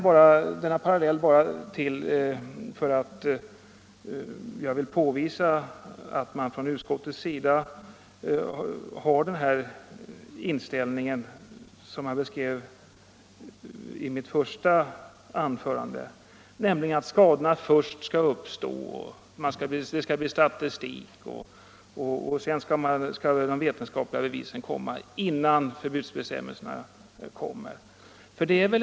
Genom denna parallell vill jag påvisa att utskottet har den inställning som jag beskrev i mitt föregående anförande. Först skall skadorna uppstå. Sedan skall statistikmaterial samlas in och vetenskapliga bevis läggas fram, innan förbudsbestämmelser införs.